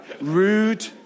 Rude